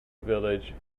village